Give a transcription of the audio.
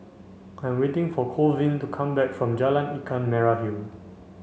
I am waiting for Colvin to come back from Jalan Ikan Merah Hill